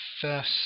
first